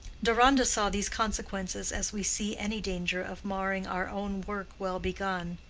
deronda saw these consequences as we see any danger of marring our own work well begun.